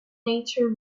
nature